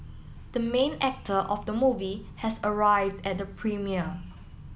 the main actor of the movie has arrived at the premiere